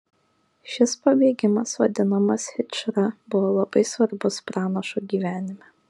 šis pabėgimas vadinamas hidžra buvo labai svarbus pranašo gyvenime